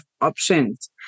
options